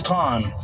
time